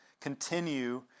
continue